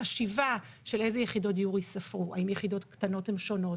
החשיבה של איזה יחידות דיור ייספרו האם יחידות קטנות הן שונות.